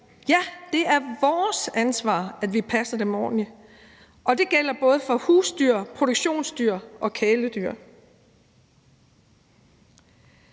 og det er vores ansvar, at vi passer dem ordentligt. Det er vores ansvar, og det gælder både for husdyr, produktionsdyr og kæledyr.